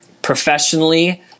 professionally